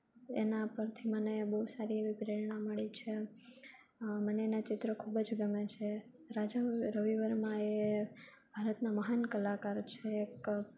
એના પરથી મને બહુ સારી એવી પ્રેરણા મળી છે મને એને ચિત્ર ખૂબ જ ગમે છે રાજા રવિ વર્મા એ ભારતના મહાન કલાકાર છે એક તો